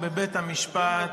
אינה נוכחת,